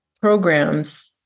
programs